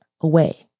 away